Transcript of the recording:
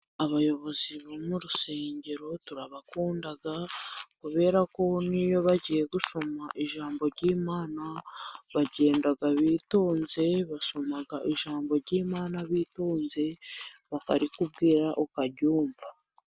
Abayobozi bo mu rusengero turabakunda, kubera ko n'iyo bagiye gusoma ijambo ry'imana, bagenda bitonze, basoma ijambo ry'Imana bitonze, bakarikubwira ukaryumva.